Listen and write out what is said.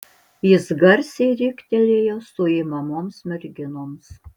jis garsiai riktelėjo suimamoms merginoms